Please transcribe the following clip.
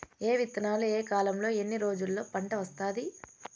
ఏ విత్తనాలు ఏ కాలంలో ఎన్ని రోజుల్లో పంట వస్తాది?